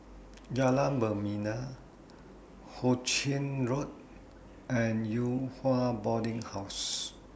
Jalan Membina Hu Ching Road and Yew Hua Boarding House